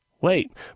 Wait